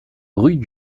rue